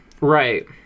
Right